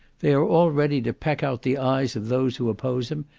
they are all ready to peck out the eyes of those who oppose him,